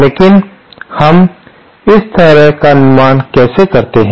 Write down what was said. लेकिन हम इस तरह का निर्माण कैसे करते हैं